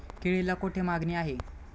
केळीला कोठे मागणी आहे?